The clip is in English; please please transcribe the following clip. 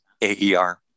AER